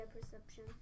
Perception